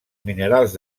minerals